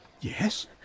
Yes